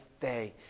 day